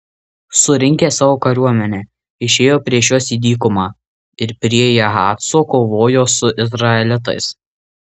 surinkęs savo kariuomenę išėjo prieš juos į dykumą ir prie jahaco kovojo su izraelitais